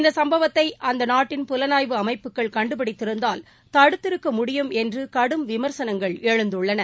இந்த சம்பவத்தை அந்த நாட்டின் புலனாய்வு அமைப்புகள் கண்டுபிடித்திருந்தால் தடுத்திருக்க முடியும் என்று கடும் விமர்சனங்கள் எமுந்துள்ளன